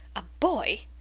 a boy!